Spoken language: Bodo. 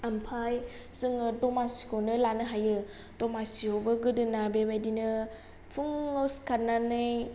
आमफाय जोङो द'मासिखौनो लानो हायो दमासिआवबो गोदोना बेबायदिनो फुंआव सिखारनानै